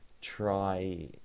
try